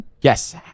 Yes